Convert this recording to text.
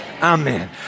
Amen